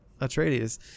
Atreides